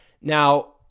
Now